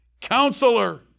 Counselor